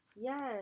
Yes